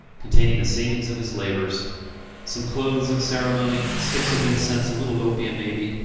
containing the savings of his labours some clothes of ceremony, sticks of incense, a little opium maybe,